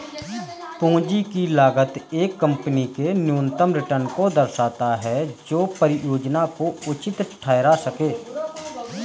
पूंजी की लागत एक कंपनी के न्यूनतम रिटर्न को दर्शाता है जो परियोजना को उचित ठहरा सकें